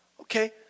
Okay